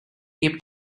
cape